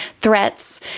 threats